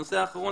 הנושא האחרון,